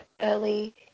early